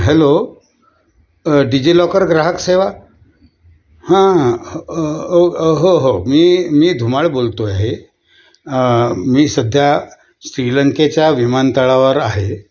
hello DigiLocker ग्राहक सेवा हां ह ओ हो हो मी मी धुमाळ बोलतो आहे मी सध्या श्रीलंकेच्या विमानतळावर आहे